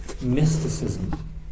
mysticism